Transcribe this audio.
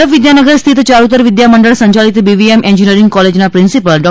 વલ્લભ વિદ્યાનગર સ્થિત યારૃતર વિદ્યામંડળ સંયાલિત બીવીએમ એન્જિનિયરીંગ કોલેજના પ્રિન્સિ ાલ ડો